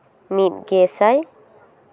ᱢᱤᱫ ᱜᱮᱥᱟᱭ